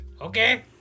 Okay